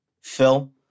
Phil